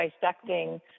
dissecting